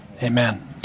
Amen